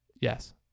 Yes